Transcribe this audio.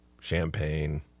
champagne